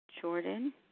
Jordan